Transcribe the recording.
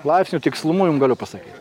laipsnių tikslumu jums galiu pasakyt